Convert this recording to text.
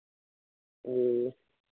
ए